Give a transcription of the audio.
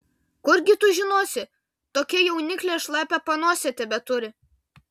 kurgi tu žinosi tokia jauniklė šlapią panosę tebeturi